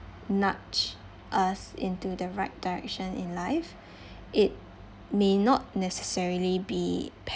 nudge us into the right direction in life it may not necessarily be